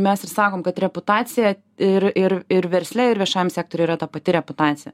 mes ir sakom kad reputacija ir ir ir versle ir viešajam sektoriui yra ta pati reputacija